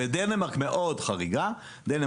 בדקתי מוצרי חלב.